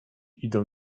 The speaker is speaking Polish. idą